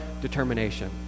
determination